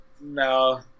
No